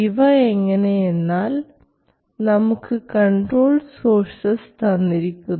ഇവ എങ്ങനെയെന്നാൽ നമുക്ക് കൺട്രോൾഡ് സോഴ്സസ് തന്നിരിക്കുന്നു